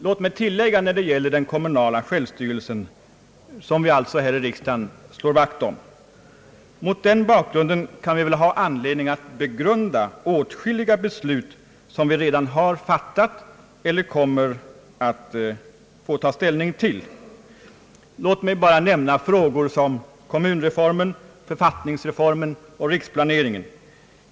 Låt mig tillägga när det gäller den kommunala självstyrelsen att mot den bakgrunden har vi anledning att begrunda åtskilliga beslut som vi redan fattat och en del förslag som vi kommer att få ta ställning till. Jag tänker på frågor som kommunreformen, författningsreformen och riksplaneringen.